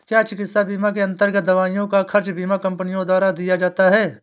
क्या चिकित्सा बीमा के अन्तर्गत दवाइयों का खर्च बीमा कंपनियों द्वारा दिया जाता है?